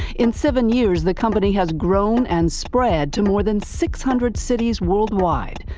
in seven years the company has grown and spread to more than six hundred cities worldwide.